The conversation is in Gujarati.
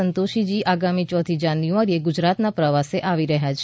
સંતોષજી આગામી યોથી જાન્યુઆરીએ ગુજરાતનાં પ્રવાસે આવી રહ્યા છે